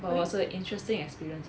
but it wasn't interesting experience